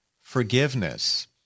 forgiveness